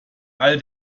all